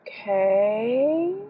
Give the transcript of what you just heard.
Okay